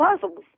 puzzles